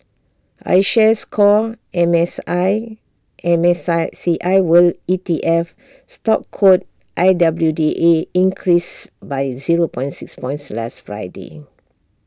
iShares core M S I M S I C I world E T F stock code I W D A increased by zero point six points last Friday